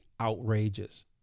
outrageous